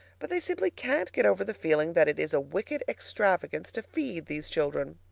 but they simply can't get over the feeling that it is a wicked extravagance to feed these children.